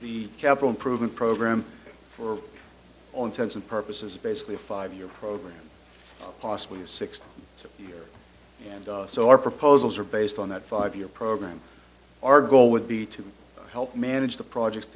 the capital improvement program for all intents and purposes is basically a five year program possibly six to year and so our proposals are based on that five year program our goal would be to help manage the project